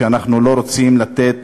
שאנחנו בטח לא רוצים לתת